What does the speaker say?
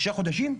שישה חודשים?